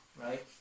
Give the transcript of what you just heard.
right